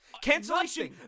cancellation